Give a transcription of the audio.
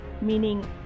meaning